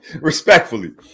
respectfully